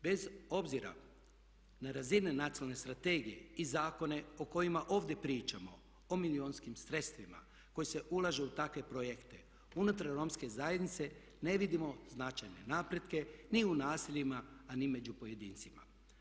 Bez obzira na razine nacionalne strategije i zakone o kojima ovdje pričamo o milijunskim sredstvima koji se ulažu u takve projekte unutar romske zajednice ne vidimo značajne napretke ni u naseljima, a ni među pojedincima.